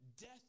death